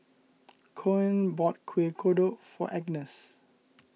Koen bought Kuih Kodok for Agness